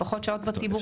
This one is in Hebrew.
הם פחות שעות בציבורי.